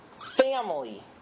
family